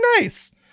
nice